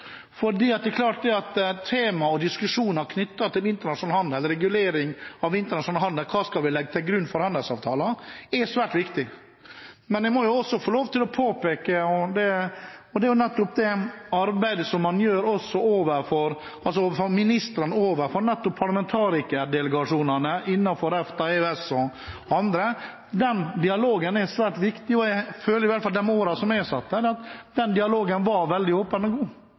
Det er klart at temaer og diskusjoner knyttet til internasjonal handel, regulering av internasjonal handel, hva vi skal legge til grunn for handelsavtaler, er svært viktig. Men jeg må også få lov til å påpeke det arbeidet ministrene gjør overfor parlamentarikerdelegasjonene innenfor EFTA, EØS og andre. Den dialogen er svært viktig, og jeg føler at i hvert fall i de årene jeg satt der, var den dialogen veldig åpen og god.